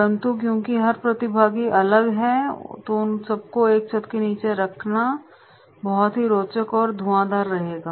परंतु क्योंकि हर प्रतिभागी अलग है तो उन सबको एक छत के नीचे रखना बहुत ही रोचक और धुआंदार रहेगा